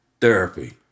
therapy